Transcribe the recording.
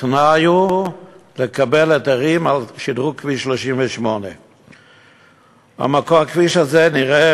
התנאי לקבלת היתרים הוא שדרוג כביש 38. הכביש הזה נראה,